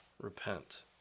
repent